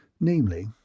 namely